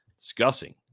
discussing